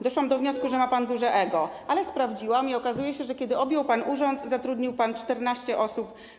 Doszłam do wniosku, że ma pan duże ego, ale sprawdziłam i okazuje się, że kiedy objął pan urząd, zatrudnił pan w swoim biurze 14 osób.